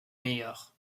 meilleur